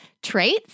traits